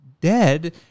dead